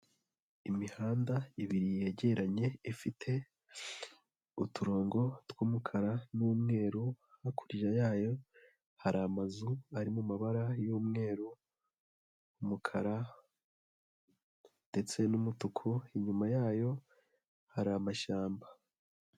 Imihanda ibiri yegeranye ifite uturongo twumukara n'umweru, hakurya yayo hari amazu ari mu mabara y'umweru, umukara ndetse n'umutuku, inyuma yayo hari amashyamba.